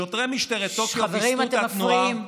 שוטרי משטרת טוקיו, חברים, אתם מפריעים.